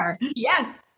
Yes